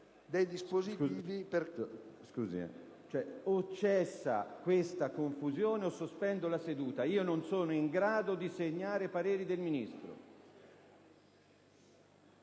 cessa questa confusione, sospendo la seduta. Non sono in grado di annotare i pareri del Ministro!